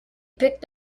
picked